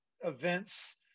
events